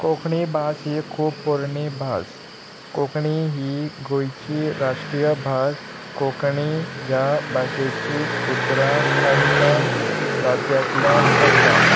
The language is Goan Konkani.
कोंकणी भास ही खूब पोरणी भास कोंकणी ही गोंयची राष्ट्रीय भास कोंकणी ह्या भाशेची उतरां कोणकण राज्यांतल्यान पडला